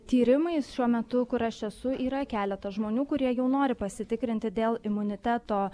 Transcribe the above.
tyrimais šiuo metu kur aš esu yra keletas žmonių kurie jau nori pasitikrinti dėl imuniteto